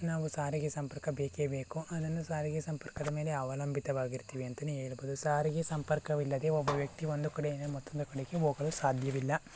ನಾವು ಸಾರಿಗೆ ಸಂಪರ್ಕ ಬೇಕೆ ಬೇಕು ಅದರಿಂದ ಸಾರಿಗೆ ಸಂಪರ್ಕದ ಮೇಲೆ ಅವಲಂಬಿತವಾಗಿರ್ತೀವಿ ಅಂತಲೇ ಹೇಳ್ಬೋದು ಸಾರಿಗೆ ಸಂಪರ್ಕವಿಲ್ಲದೆ ಒಬ್ಬ ವ್ಯಕ್ತಿ ಒಂದು ಕಡೆಯಿಂದ ಮತ್ತೊಂದು ಕಡೆಗೆ ಹೋಗಲು ಸಾಧ್ಯವಿಲ್ಲ